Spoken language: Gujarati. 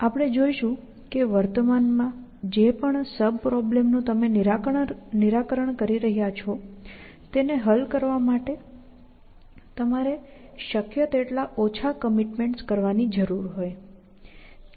આપણે જોશું કે વર્તમાનમાં જે પણ સબ પ્રોબ્લેમનું તમે નિરાકરણ કરી રહ્યા છો તેને હલ કરવા માટે તમારે શક્ય તેટલા ઓછા કમિટમેન્ટ્સ કરવાની જરૂર છે